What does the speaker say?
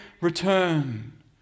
return